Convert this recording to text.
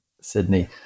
Sydney